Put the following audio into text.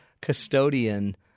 custodian